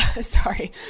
Sorry